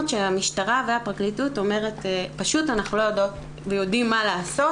שהמשטרה והפרקליטות אומרת שהם לא יודעים מה לעשות.